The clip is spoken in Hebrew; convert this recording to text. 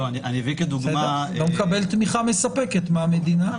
לא מקבל תמיכה מספקת מהמדינה.